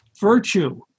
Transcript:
Virtue